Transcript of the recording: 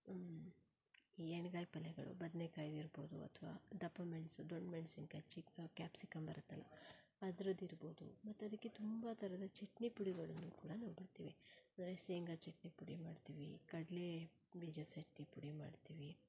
ಎಣ್ಗಾಯಿ ಪಲ್ಯಗಳು ಬದ್ನೇಕಾಯ್ದು ಇರ್ಬೋದು ಅಥವಾ ದಪ್ಪ ಮೆಣಸು ದೊಣ್ಣೆ ಮೆಣ್ಸಿನ್ಕಾಯಿ ಚಿಕ್ಕ ಕ್ಯಾಪ್ಸಿಕಮ್ ಬರುತ್ತಲ ಅದ್ರದ್ದು ಇರ್ಬೋದು ಮತ್ತು ಅದಕ್ಕೆ ತುಂಬ ಥರದ ಚಟ್ನಿ ಪುಡಿಗಳನ್ನು ಕೂಡ ನಾವು ಮಾಡ್ತೀವಿ ಅಂದರೆ ಶೇಂಗಾ ಚಟ್ನಿ ಪುಡಿ ಮಾಡ್ತೀವಿ ಕಡಲೆ ಬೀಜದ ಚಟ್ನಿ ಪುಡಿ ಮಾಡ್ತೀವಿ